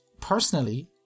personally